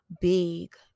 big